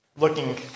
looking